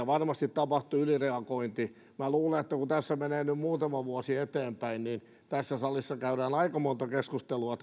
varmasti tapahtui ylireagointi minä luulen että kun tässä menee nyt muutama vuosi eteenpäin niin tässä salissa käydään aika monta keskustelua